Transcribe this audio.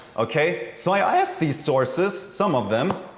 okay? so, i ask these sources, some of them,